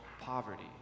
poverty